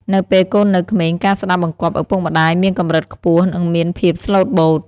នៅពេលកូននៅក្មេង ការស្ដាប់បង្គាប់ឪពុកម្ដាយមានកម្រិតខ្ពស់ និងមានភាពស្លូតបូត។